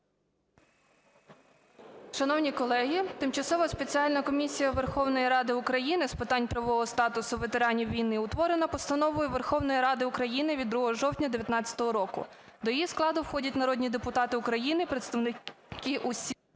Шановні колеги, Тимчасова спеціальна комісія Верховної Ради України з питань правового статусу ветеранів війни утворена постановою Верховної Ради України від 2 жовтня 19-го року. До її складу входять народні депутати України представники усіх